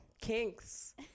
Kinks